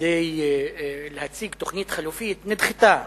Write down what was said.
כדי להציג תוכנית חלופית, נדחתה.